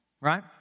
right